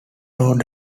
road